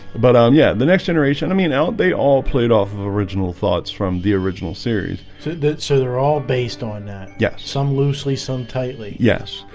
but ah um yeah the next generation i mean out they all played off of original thoughts from the original series that so they're all based on that yeah, some loosely some tightly yes,